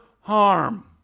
harm